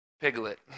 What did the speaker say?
Piglet